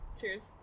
Cheers